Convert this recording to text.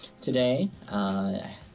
today